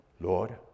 Lord